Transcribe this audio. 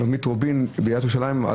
שלומית רובין בעיריית ירושלים,